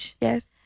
yes